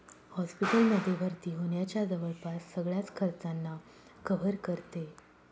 hospital मध्ये भर्ती होण्याच्या जवळपास सगळ्याच खर्चांना कव्हर करते